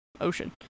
ocean